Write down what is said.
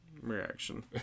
reaction